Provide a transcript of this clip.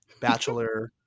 bachelor